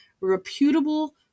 reputable